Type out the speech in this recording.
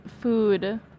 food